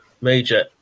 major